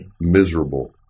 miserable